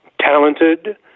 talented